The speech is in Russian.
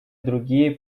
другие